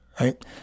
right